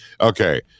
Okay